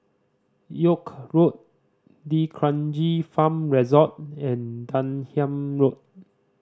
York Road D'Kranji Farm Resort and Denham Road